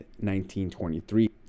1923